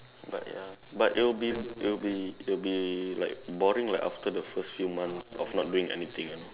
but ya but it'll be it'll be it'll be like boring like after the first few months of not doing anything you know